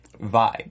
vibe